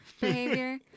behavior